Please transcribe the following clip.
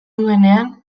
duenean